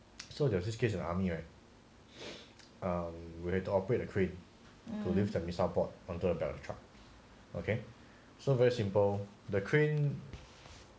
so there was this case in army right um we have to operate a crane to lift the missile bot onto the back of truck okay so very simple the crane